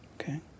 Okay